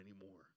anymore